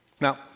Now